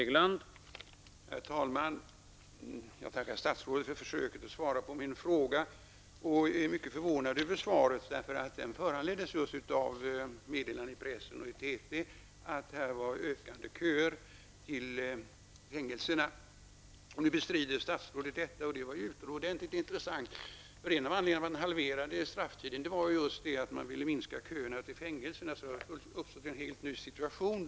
Herr talman! Jag tackar statsrådet för försöket att svara på min fråga. Jag är mycket förvånad över svaret, eftersom min fråga föranleddes av just meddelanden i pressen och i TV om ökande köer till fängelserna. Nu bestrider statsrådet detta, och det var ju utomordentligt intressant, eftersom en av anledningarna till att man halverade strafftiden just var att man ville minska köerna till fängelserna. Det har alltså uppstått en helt ny situation.